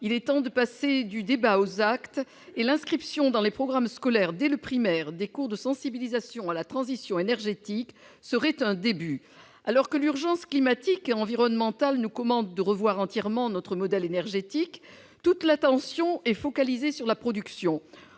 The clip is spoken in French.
il est temps de passer du débat aux actes. L'inscription dans les programmes scolaires dès le primaire de cours de sensibilisation à la transition énergétique serait un début. Alors que l'urgence climatique et environnementale nous commande de revoir entièrement notre modèle énergétique, toute l'attention est focalisée sur la production.